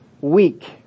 weak